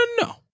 no